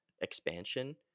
expansion